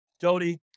Jody